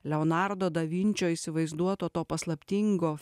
leonardą vinčio įsivaizduoto to paslaptingo